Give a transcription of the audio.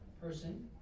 person